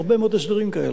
רשות החשמל עושה אותם,